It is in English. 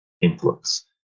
influence